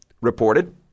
reported